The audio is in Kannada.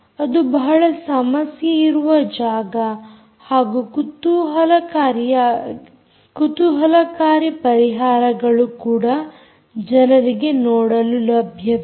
ಅದು ಬಹಳ ಸಮಸ್ಯೆಯಿರುವ ಜಾಗ ಹಾಗೂ ಕೂತೂಹಲಕಾರಿ ಪರಿಹಾರಗಳು ಕೂಡ ಜನರಿಗೆ ನೋಡಲು ಲಭ್ಯವಿದೆ